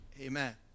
Amen